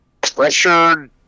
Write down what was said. pressure